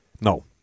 No